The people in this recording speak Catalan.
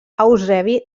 eusebi